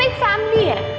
family and